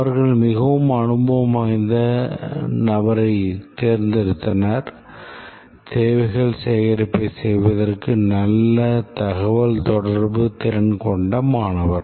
அவர்கள் மிகவும் அனுபவம் வாய்ந்த நபரைத் தேர்ந்தெடுத்தனர் தேவைகள் சேகரிப்பைச் செய்வதற்கு நல்ல தகவல்தொடர்பு திறன் கொண்ட மாணவர்